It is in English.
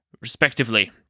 respectively